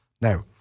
Now